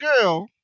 girl